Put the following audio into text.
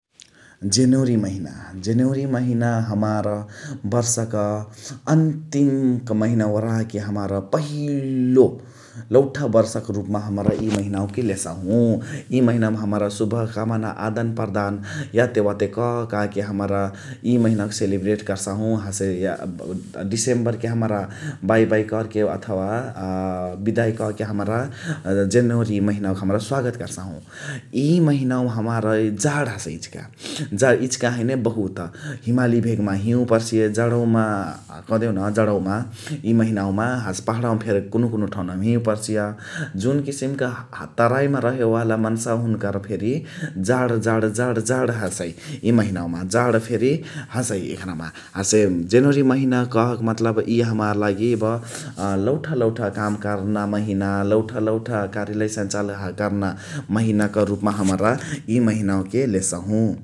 जेनवरी महिना जेनवरी महिना हमार वर्षावाक अन्तिमक महिनावा वोराके हमार पहिलो लौठा वर्षक रुपमा हमरा इय महिनावाके लेसहु । इय महिनावामा हमरा शुभकामना आदान प्रदान यातेवाते करकाके हमरा इय महिनावाके सेलिब्रेसन कैसहु । हसे..... डिसेम्बर महिनाके हमरा बाइबाइ करके अथवा... बिदाइ कके हमरा जेनवरी महिनावाके हमरा स्वागत कैसछु । इ महिनावा हमार जाड हसइ इचिका इचिका हैने बहुत । हिमाली भेगम हिउँ पर्सिय जाड्‌वामा कदेहुन जाडवामा इय महिनावामा... हसे पहाड वामा फेरि कुन कुन ठेउरामा हिउँ पर्सिया । जुन किसिमक तराइमा रहेवाला मन्सावा हुनका 'फेरि जाड जाड जाड हसइ इय महिनावामा जाड फेरि हसइयकरामा । हसे जेनवरी महिनाक कहक मतलब इय हमार लौठा लौठा काम करना महिना, लौठा लौठा कार्यालय सञ्चालन करना महिनाक रूपमा हमरा इय महिनावाके लेसहु ।